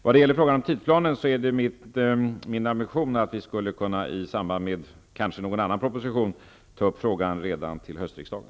När det gäller frågan om tidsplanen är det min ambition att regeringen, kanske i samband med någon annan proposition, skall kunna ta upp frågan redan till höstriksdagen.